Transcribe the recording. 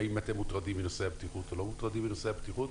האם אתם מוטרדים או לא מוטרדים מנושא הבטיחות